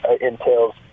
entails